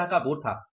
इस तरह का बोर्ड था